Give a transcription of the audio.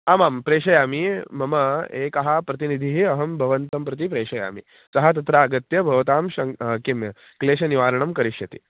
आमां प्रेषयामि मम एकं प्रतिनिधिम् अहं भवन्तं प्रति प्रेषयामि सः तत्र आगत्य भवतां शङ्क् किं क्लेशनिवारणं करिष्यति